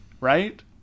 Right